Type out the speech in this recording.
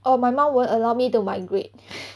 orh my mum won't allow me to migrate